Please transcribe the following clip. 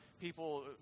people